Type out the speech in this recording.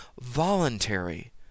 voluntary